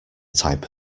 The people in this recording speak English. type